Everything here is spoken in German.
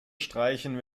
streichen